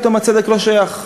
פתאום הצדק לא שייך.